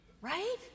Right